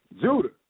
Judah